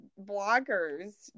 bloggers